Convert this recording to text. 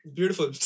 Beautiful